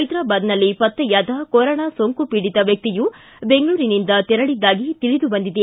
ಹೈದರಾಬಾದ್ನಲ್ಲಿ ಪತ್ತೆಯಾದ ಕೊರೋನಾ ಸೋಂಕು ಪೀಡಿತ ವ್ಯಕ್ಷಿಯು ಬೆಂಗಳೂರಿನಿಂದ ತೆರಳದ್ದಾಗಿ ತಿಳಿದು ಬಂದಿದೆ